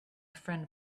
friend